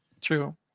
True